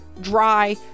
dry